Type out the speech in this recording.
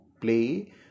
play